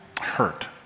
hurt